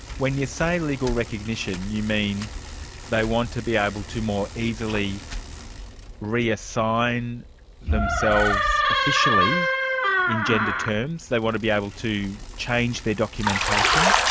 when you say legal recognition you mean they want to be able to more easily reassign themselves officially in gender terms? they want to be able to change their documentation?